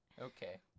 Okay